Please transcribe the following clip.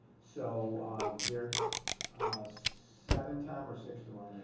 so they're seven time or six tomorrow